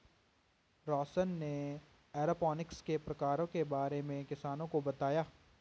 रौशन ने एरोपोनिक्स के प्रकारों के बारे में किसानों को बताया